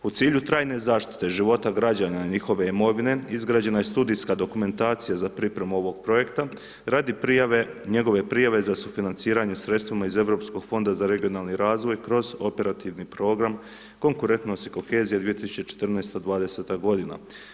U cilju trajne zaštite života građana i njihove imovine izgrađena je studijska dokumentacija za pripremu ovog projekta radi prijave, njegove prijave za sufinanciranje sredstvima iz Europskog fonda za regionalni razvoj kroz Operativni program konkurentnost i kohezija 2014. – 2020. godina.